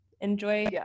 enjoy